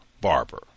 barber